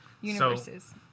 universes